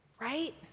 Right